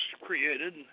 created